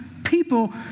people